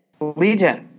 Legion